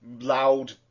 loud